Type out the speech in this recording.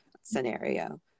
scenario